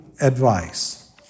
advice